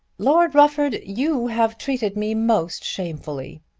lord rufford you have treated me most shamefully.